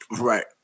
Right